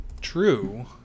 True